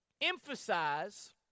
emphasize